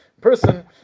person